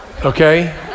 Okay